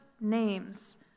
names